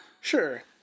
Sure